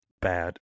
bad